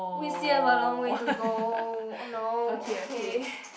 we still have a long way to go oh no okay